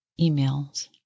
emails